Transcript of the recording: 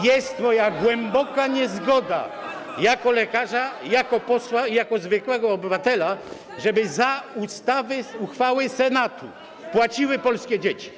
Jest moja głęboka niezgoda jako lekarza, jako posła i jako zwykłego obywatela, żeby za uchwały Senatu płaciły polskie dzieci.